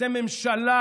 אתם ממשלה